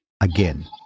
Again